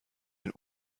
den